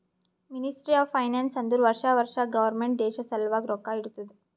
ministry of finance ಅಂದುರ್ ವರ್ಷಾ ವರ್ಷಾ ಗೌರ್ಮೆಂಟ್ ದೇಶ ಸಲ್ವಾಗಿ ರೊಕ್ಕಾ ಇಡ್ತುದ